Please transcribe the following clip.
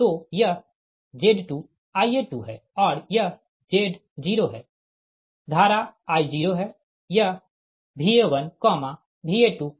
तो यह Z2Ia2 है और यह Z0 है धारा I0 है यह Va1 Va2 Va0 है